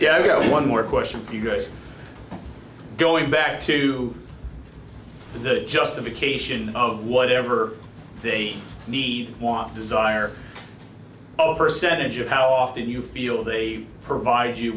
know one more question for you guys going back to the justification of whatever they need want desire of percentage of how often you feel they provide you